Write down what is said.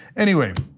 anyway,